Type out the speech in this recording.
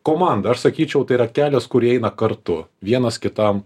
komanda aš sakyčiau tai yra kelias kur jie eina kartu vienas kitam